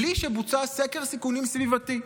בלי שבוצע סקר סיכונים סביבתי,